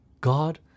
God